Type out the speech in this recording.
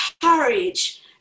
courage